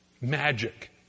magic